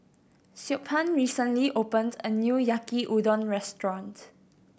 Siobhan recently opened a new Yaki Udon Restaurant